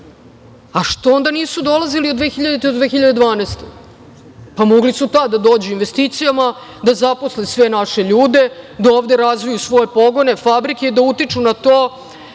što onda nisu dolazili od 2000. do 2012. godine? Mogli su tada da dođu sa investicijama, da zaposle sve naše ljude, da ovde razviju svoje pogone, fabrike i da utiču na to